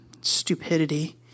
stupidity